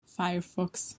firefox